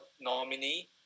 nominee